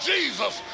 Jesus